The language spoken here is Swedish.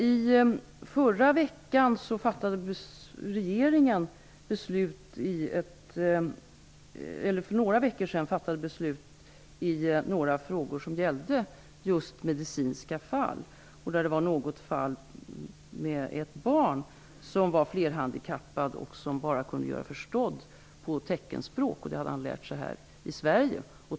För några veckor sedan fattade regeringen beslut i några ärenden som gällde medicinska fall. Det fanns ett fall med ett barn som var flerhandikappat och som bara kunde göra sig förstådd på teckenspråk -- som barnet hade lärt sig i Sverige.